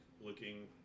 looking